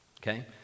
Okay